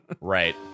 Right